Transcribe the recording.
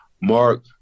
Mark